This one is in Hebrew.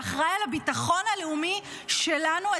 שאחראי על הביטחון הלאומי שלנו,